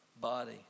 body